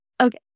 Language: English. Okay